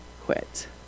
quit